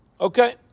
Okay